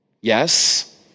Yes